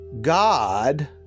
God